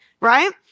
right